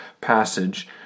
passage